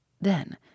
Then